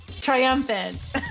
triumphant